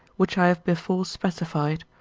which i have before specified,